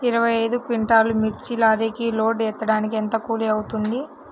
ఇరవై ఐదు క్వింటాల్లు మిర్చి లారీకి లోడ్ ఎత్తడానికి ఎంత కూలి అవుతుంది?